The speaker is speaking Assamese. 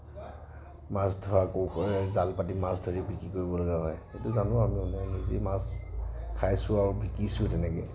মাছ ধৰা আকৌ হয় জাল পাতি মাছ ধৰি বিক্ৰী কৰিব লগা হয় সেইটো জানো আৰু নিজে মাছ খাইছোঁ আৰু বিকিছোঁ তেনেকৈ